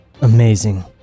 Amazing